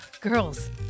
Girls